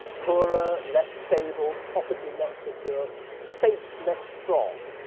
poorer, less stable property, less secure states less strong.